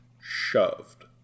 Shoved